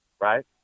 right